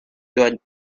joined